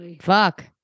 fuck